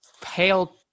pale